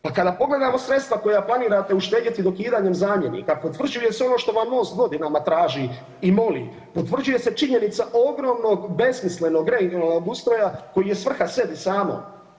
Pa kada pogledamo sredstava koja planirate uštedjeti dokidanjem zamjenika, potvrđuje se ono što vam MOST godinama traži i moli, potvrđuje se činjenica ogromnog besmislenog regionalnog ustroja koji je svrha sebi samo.